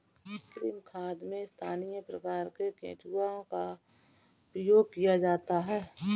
कृमि खाद में स्थानीय प्रकार के केंचुओं का प्रयोग किया जाता है